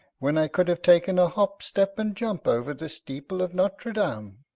when i could have taken a hop, step, and jump over the steeple of notre dame.